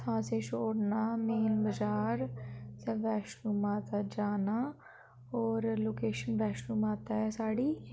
उत्थां असें छोड़ना मेन बजार ते बैश्णो माता जाना होर लोकेशन ऐ बैश्णो माता साढ़ी